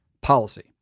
policy